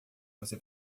você